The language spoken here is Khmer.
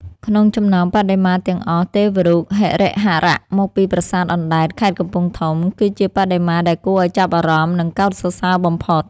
ក្នុងចំណោមបដិមាទាំងអស់ ទេវរូបហរិហរៈ មកពីប្រាសាទអណ្តែត ខេត្តកំពង់ធំ គឺជាបដិមាដែលគួរឱ្យចាប់អារម្មណ៍ និងកោតសរសើរបំផុត។